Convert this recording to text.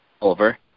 over